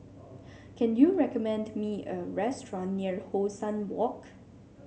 can you recommend me a restaurant near How Sun Walk